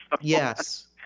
Yes